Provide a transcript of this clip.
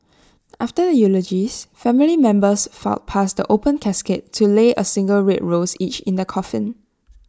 after the eulogies family members filed past the open casket to lay A single red rose each in the coffin